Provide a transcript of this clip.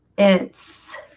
it's